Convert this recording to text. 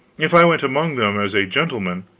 if i went among them as a gentleman,